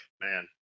Man